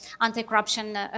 anti-corruption